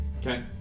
Okay